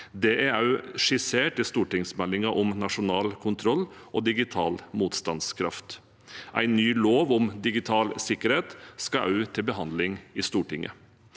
Det er også skissert i stortingsmeldingen om nasjonal kontroll og digital motstandskraft. En ny lov om digital sikkerhet skal også til behandling i Stortinget.